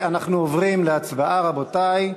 אנחנו עוברים להצבעה, רבותי.